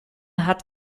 hat